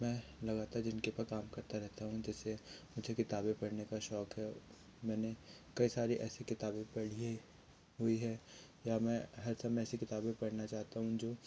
मैं लगातार जिनके ऊपर काम करता रहता हूँ जैसे मुझे किताबें पढ़ने का शौक है मैंने कई सारी ऐसे किताबें पढ़ी है हुई है या मैं हर समय ऐसी किताबें पढ़ना चाहता हूँ जो